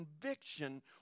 conviction